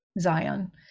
Zion